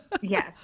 Yes